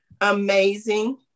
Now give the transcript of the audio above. amazing